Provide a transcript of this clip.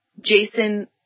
Jason